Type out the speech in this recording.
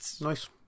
Nice